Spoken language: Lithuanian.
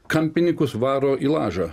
kampininkus varo į lažą